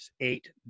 eight